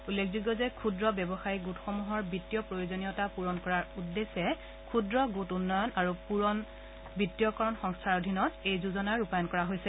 উল্লেখযোগ্য যে ক্ষুদ্ৰ ব্যৱসায়ী গোটসমূহৰ বিত্তীয় প্ৰয়োজনীয়তা পূৰণ কৰাৰ উদ্দেশ্যে ক্ষুদ্ৰ গোট উন্নয়ন আৰু পূৰন বিত্তীয়কৰণ সংস্থাৰ অধীনত এই যোজনা ৰূপাযণ কৰা হৈছে